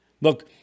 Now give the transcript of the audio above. Look